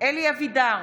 אלי אבידר,